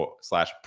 slash